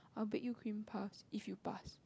I will bake you cream puffs if you pass